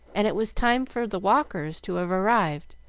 and it was time for the walkers to have arrived.